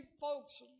folks